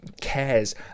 cares